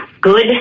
good